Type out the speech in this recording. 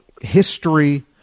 history